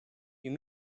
you